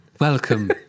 Welcome